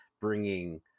bringing